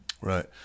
Right